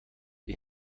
die